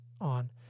on